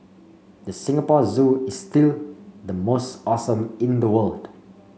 the Singapore Zoo is still the most awesome in the world